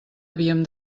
havíem